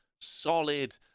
solid